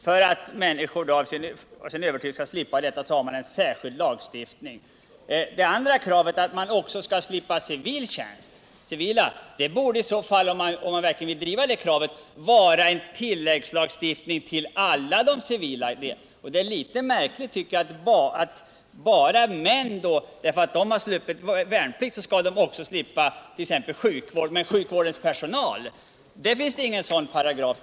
För att de värnpliktiga, vilkas övertygelse säger dem att de inte skall bära vapen, skall slippa göra detta, finns det en särskild lagstiftning. Kravet att de också skall slippa civil tjänst i totalförsvaret borde, om man verkligen skall driva det kravet, avse en tilläggslagstiftning för alla tjänstepliktiga. Det är litet märkligt att män som har sluppit värnpliktstjänstgöring också skall slippa tjänstgöring inom sjukvården medan det för sjukvårdens personal inte finns någon sådan paragraf.